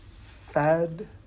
fed